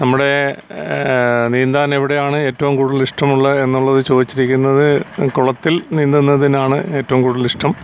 നമ്മുടെ നീന്താൻ എവിടെ ആണ് ഏറ്റവും കൂടുതൽ ഇഷ്ടമുള്ളത് എന്നുള്ളത് ചോദിച്ചിരിക്കുന്നത് കുളത്തിൽ നീന്തുന്നതിനാണ് ഏറ്റവും കൂടുതൽ ഇഷ്ടം